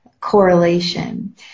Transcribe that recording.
correlation